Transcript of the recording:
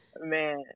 Man